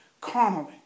carnally